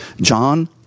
John